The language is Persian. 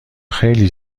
خیلی